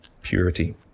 Purity